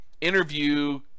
Interview